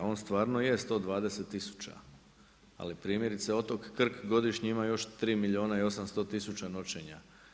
On stvarno je 120 tisuća, ali primjerice otok Krk godišnje ima još 3 milijuna i 800 tisuća noćenja.